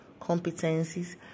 competencies